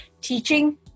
teaching